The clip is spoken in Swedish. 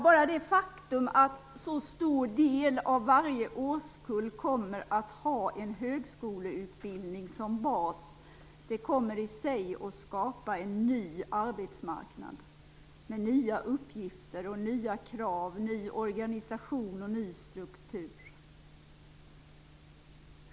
Redan det faktum att så stor del av varje årskull kommer att ha en högskoleutbildning som bas kommer i sig att skapa en ny arbetsmarknad, med nya uppgifter och nya krav, ny organisation och ny struktur.